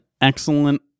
excellent